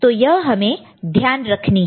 तो यह हमें ध्यान रखनी है